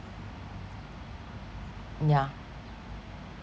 yeah